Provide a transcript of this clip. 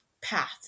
path